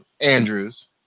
Andrews